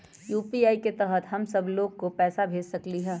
UPI के तहद हम सब लोग को पैसा भेज सकली ह?